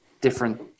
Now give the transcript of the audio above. different